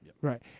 Right